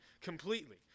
completely